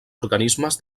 organismes